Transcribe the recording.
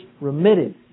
remitted